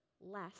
less